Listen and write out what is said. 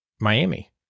Miami